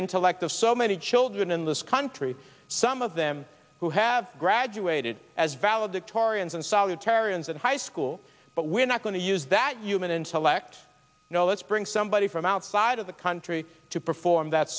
intellect of so many children in this country some of them who have graduated as valedictorians and salutary and high school but we're not going to use that human intellect you know let's bring somebody from outside of the country to perform that